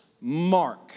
mark